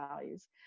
values